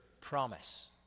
promise